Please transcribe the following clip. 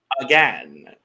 again